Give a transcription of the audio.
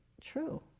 true